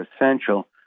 essential